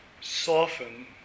soften